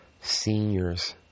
seniors